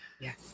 yes